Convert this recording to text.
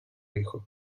hijos